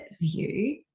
view